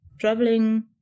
traveling